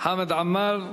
חמד עמאר,